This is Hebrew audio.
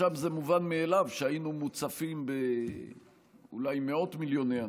ששם זה מובן מאליו שהיינו מוצפים אולי במאות מיליוני אנשים,